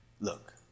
Look